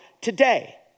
today